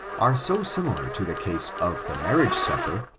are so similar to the case of the marriage supper,